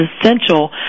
essential